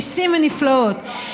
ניסים ונפלאות,